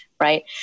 right